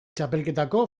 txapelketako